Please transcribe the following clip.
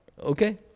okay